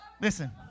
listen